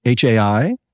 HAI